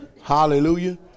Hallelujah